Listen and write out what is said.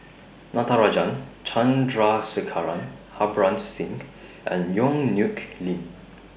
Natarajan Chandrasekaran Harbans Singh and Yong Nyuk Lin